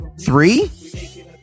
three